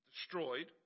destroyed